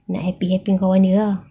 nak happy happy dengan kawan dia ah